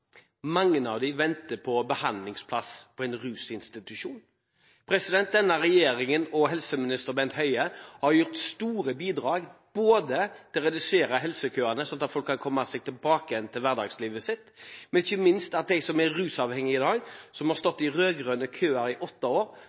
mange av dem venter på en behandlingsplass på en rusinstitusjon. Denne regjeringen og helseminister Bent Høie har gitt store bidrag til å redusere helsekøene, slik at folk kan komme seg tilbake igjen til hverdagslivet sitt. Ikke minst får de som er rusavhengige i dag, som har stått i rød-grønne køer i åtte år,